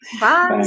Bye